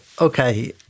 okay